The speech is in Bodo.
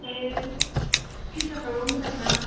ओमफाय टिचार्सफ्राबो मोजां ना